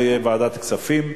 זה יהיה ועדת הכספים,